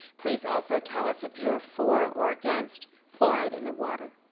please also tell us if you are for or against fluoride in the water.